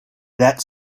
that